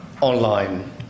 online